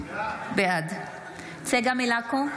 בעד צגה מלקו,